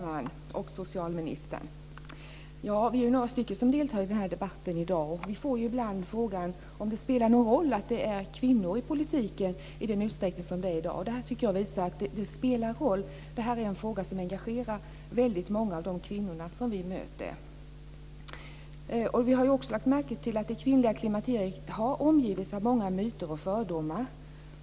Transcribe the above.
Fru talman! Socialministern! Vi är några stycken som deltar i den här debatten. Vi får ibland frågan om det spelar någon roll att det är kvinnor i politiken i den utsträckning som det är i dag. Det här tycker jag visar att det spelar roll. Det här är en fråga som engagerar väldigt många av de kvinnor vi möter. Vi har också lagt märke till att det kvinnliga klimakteriet har omgivits av många myter och fördomar.